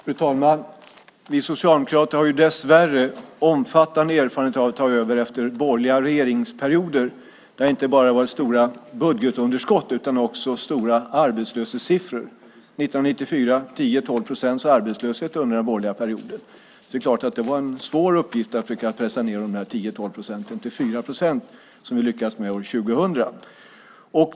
Fru talman! Vi socialdemokrater har dessvärre omfattande erfarenhet av att ta över efter borgerliga regeringsperioder. Det har inte bara varit stora budgetunderskott utan också höga arbetslöshetssiffror. 1994 var det 10-12 procents arbetslöshet efter den borgerliga perioden. Det var en svår uppgift att försöka pressa ned dessa 10-12 procent till 4 procent, vilket vi lyckades med år 2000.